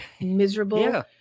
miserable